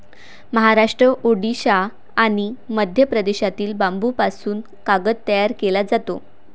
महाराष्ट्र, ओडिशा आणि मध्य प्रदेशातील बांबूपासून कागद तयार केला जातो